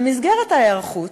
במסגרת ההיערכות,